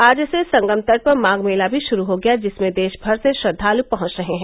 आज से संगम तट पर माघ मेला भी शुरू हो गया जिसमें देश भर से श्रद्वाल पहच रहे हैं